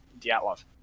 Dyatlov